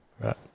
Right